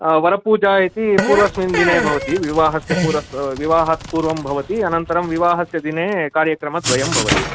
वरपूजा इति पूर्वस्मिन् दिने भवति विवाहस्य पूर्व आ विवाहात् पूर्वं भवति अनन्तरं विवाहस्य दिने कार्यक्रमद्वयं भवति